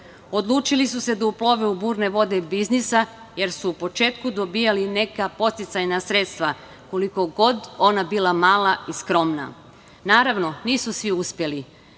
Odlučili su se da uplove u burne vode biznisa jer su u početku dobijali neka podsticajna sredstva, koliko god ona bila mala i skromna. Naravno, nisu svi uspeli